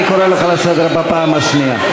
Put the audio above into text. אני קורא אותך לסדר בפעם השנייה.